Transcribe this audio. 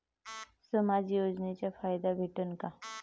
समाज योजनेचा फायदा भेटन का?